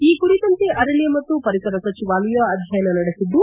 ಈ ಕುರಿತಂತೆ ಅರಣ್ಯ ಮತ್ತು ಪರಿಸರ ಸಚಿವಾಲಯ ಅಧ್ಯಯನ ನಡೆಸಿದ್ದು